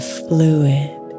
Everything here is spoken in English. fluid